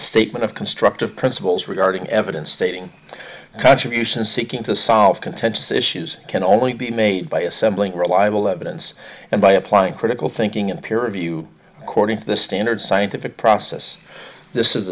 statement of constructive principles regarding evidence stating contributions seeking to solve contentious issues can only be made by assembling reliable evidence and by applying critical thinking and peer review according to the standard scientific process this is